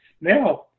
now